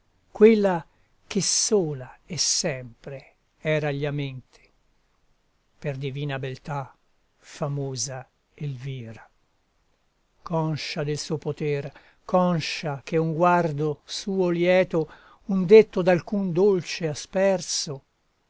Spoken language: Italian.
quella che sola e sempre eragli a mente per divina beltà famosa elvira conscia del suo poter conscia che un guardo suo lieto un detto d'alcun dolce asperso